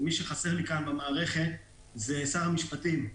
ומי שחסר לי כאן במערכת זה שר המשפטים.